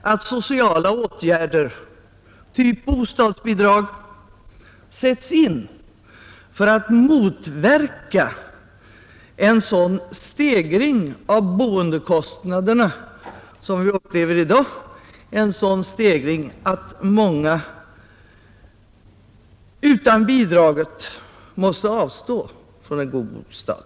att sociala åtgärder av typen bostadsbidrag sätts in för att motverka en sådan stegring av boendekostnaderna som vi upplever i dag, en sådan stegring att många människor utan bidraget måste avstå från en god bostad.